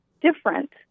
different